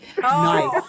Nice